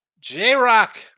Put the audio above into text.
J-Rock